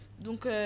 Donc